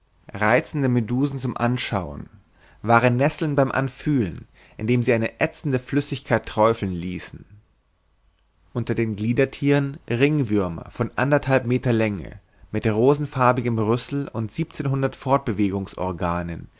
reizende medusen zum anschauen wahre nesseln beim anfühlen indem sie eine ätzende flüssigkeit träufeln ließen unter den gliederthieren ringwürmer von anderthalb meter länge mit rosenfarbigem rüssel und